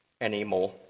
anymore